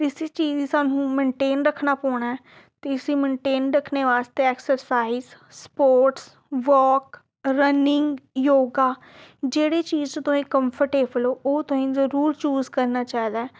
ते इसी चीज गी सानूं मेनटेन रक्खना पौना ऐ ते इसी मेनटेन रक्खने बास्तै आस्तै exercise sports walk running yoga जेह्ड़ी चीज तुसें कम्फर्टेबल ओ ओह् तुसें जरूर चूज़ करना चाहिदा ऐ